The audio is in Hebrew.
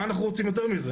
מה אנחנו רוצים יותר מזה?